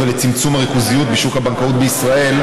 ולצמצום הריכוזיות בשוק הבנקאות בישראל,